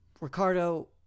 Ricardo